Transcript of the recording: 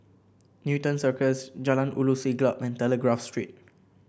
Newton Circus Jalan Ulu Siglap and Telegraph Street